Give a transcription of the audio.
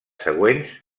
següents